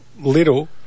little